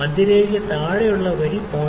മധ്യരേഖയ്ക്ക് താഴെയുള്ള വരി 0